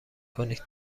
کنید